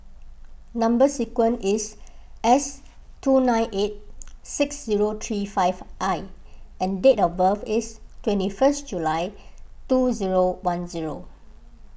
Number Sequence is S two nine eight six zero three five I and date of birth is twenty first July two zero one zero